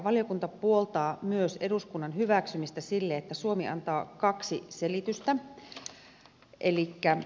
valiokunta puoltaa myös eduskunnan hyväksymistä sille että suomi antaa kaksi selitystä